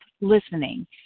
listening